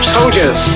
soldiers